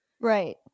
Right